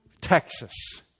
Texas